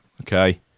okay